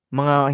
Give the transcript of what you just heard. mga